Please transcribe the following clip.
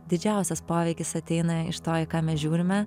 didžiausias poveikis ateina iš to į ką mes žiūrime